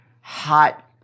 hot